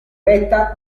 retta